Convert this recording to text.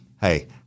Hey